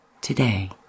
today